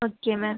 okay ma'am